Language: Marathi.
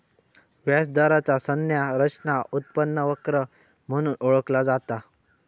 व्याज दराचा संज्ञा रचना उत्पन्न वक्र म्हणून ओळखला जाता